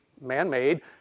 man-made